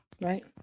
right